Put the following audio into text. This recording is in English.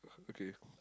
okay